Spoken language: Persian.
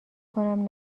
کنم